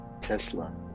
tesla